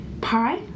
pie